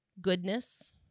goodness